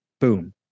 boom